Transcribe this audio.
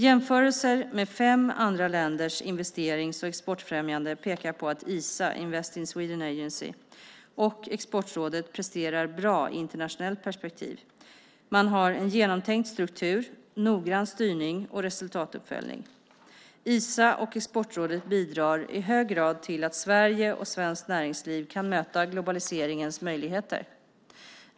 Jämförelser med fem andra länders investerings och exportfrämjande pekar på att Isa och Exportrådet presterar bra i internationellt perspektiv; man har genomtänkt struktur, noggrann styrning och resultatuppföljning. Isa och Exportrådet bidrar i hög grad till att Sverige och svenskt näringsliv kan möta globaliseringens möjligheter.